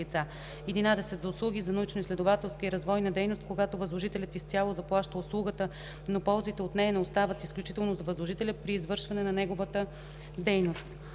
лица; 11. за услуги за научноизследователска и развойна дейност, когато възложителят изцяло заплаща услугата, но ползите от нея не остават изключително за възложителя при извършване на неговата дейност;